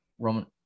Roman